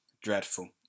Dreadful